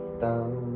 down